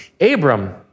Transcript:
Abram